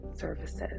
services